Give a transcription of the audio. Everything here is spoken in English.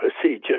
procedure